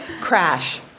Crash